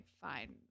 fine